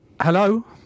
Hello